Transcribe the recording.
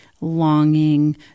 longing